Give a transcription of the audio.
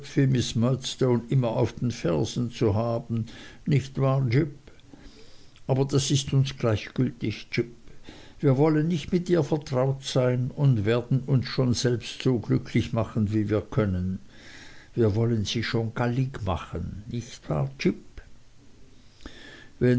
murdstone immer auf den fersen zu haben nicht wahr jip aber das ist uns gleichgültig jip wir wollen nicht mit ihr vertraut sein und werden uns schon selbst so glücklich machen wie wir können wir werden sie schon gallig machen nicht wahr